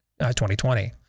2020